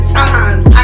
times